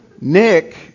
Nick